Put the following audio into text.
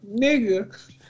nigga